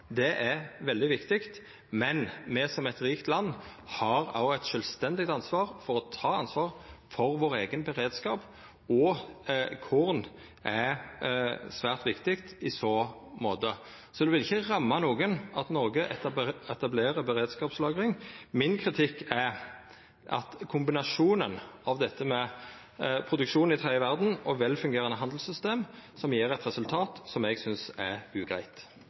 det er veldig viktig – men som eit rikt land har me òg eit sjølvstendig ansvar for vår eigen beredskap, og korn er svært viktig i så måte. Det vil ikkje ramma nokon at Noreg etablerer beredskapslagring. Min kritikk er at kombinasjonen av dette med produksjon i den tredje verda og velfungerande handelssystem gjev eit resultat som eg synest er